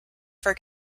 for